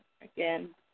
again